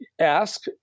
ask